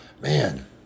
man